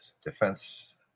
defense